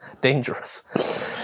dangerous